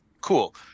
Cool